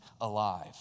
alive